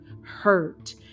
hurt